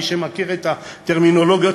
מי שמכיר את הטרמינולוגיות,